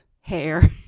hair